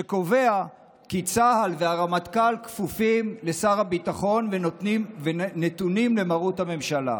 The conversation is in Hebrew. שקובע כי צה"ל והרמטכ"ל כפופים לשר הביטחון ונתונים למרות הממשלה.